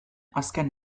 azken